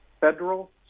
federal